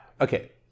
Okay